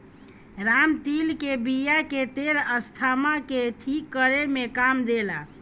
रामतिल के बिया के तेल अस्थमा के ठीक करे में काम देला